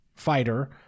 fighter